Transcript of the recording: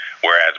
Whereas